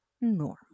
normal